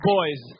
Boys